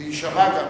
וגם יישמע.